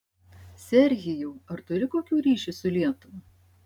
serhijau ar turi kokių ryšių su lietuva